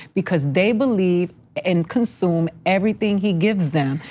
because they believe in consume everything he gives them.